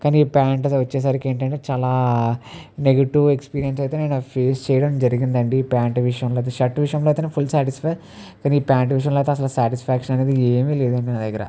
కానీ ప్యాంటు వచ్చేసరికి ఏంటంటే చాలా నెగటివ్ ఎక్స్పీరియన్స్ అయితే నేను ఫేస్ చేయడం జరిగిందండి ఈ ప్యాంట్ విషయంలో షర్టు విషయంలో అయితే నేను ఫుల్ శాటిస్ఫై కానీ ఈ ప్యాంట్ విషయంలో అయితే అసలు సాటిస్ఫాక్షన్ అనేది ఏమీ లేదండి నా దగ్గర